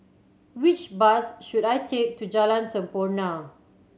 which bus should I take to Jalan Sampurna